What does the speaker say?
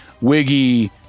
Wiggy